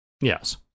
Yes